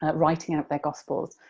ah writing out their gospels.